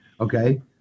Okay